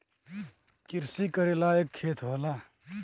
किरसी करे लायक खेत होला